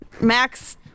Max